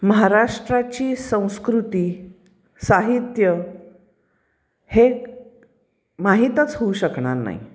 महाराष्ट्राची संस्कृती साहित्य हे माहीतच होऊ शकणार नाही